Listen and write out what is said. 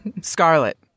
Scarlet